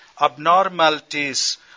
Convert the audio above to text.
abnormalities